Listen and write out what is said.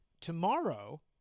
Tomorrow